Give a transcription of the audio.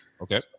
okay